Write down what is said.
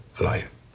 life